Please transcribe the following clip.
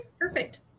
perfect